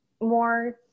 more